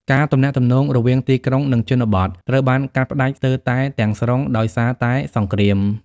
ការទំនាក់ទំនងរវាងទីក្រុងនិងជនបទត្រូវបានកាត់ផ្តាច់ស្ទើរតែទាំងស្រុងដោយសារតែសង្គ្រាម។